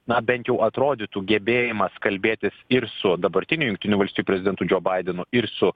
na bent jau atrodytų gebėjimas kalbėtis ir su dabartiniu jungtinių valstijų prezidentu džo baidenu ir su